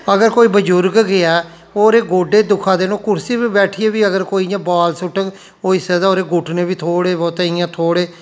अगर कोई बजुर्ग गेआ ओह्दे गोड्डे दुखै दे न कुर्सी उप्पर बैठियै बी अगर कोई इ'यां बाल सुट्टग होई सकदा ओह्दे घुटने बी थोह्ड़े बहुत इ'यां थोह्ड़े